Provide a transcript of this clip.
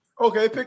Okay